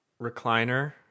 recliner